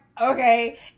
okay